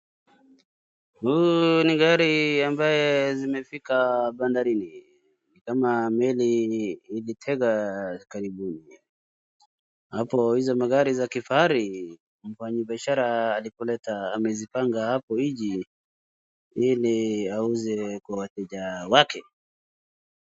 Hii ni gari ambaye zimefika bandarini. Ni kama meli ilitega karibuni. Hapo hizo magari za kifahari, mfanyibiashara alipoleta amezipanga hapo nje ili auze kwa wateja wake.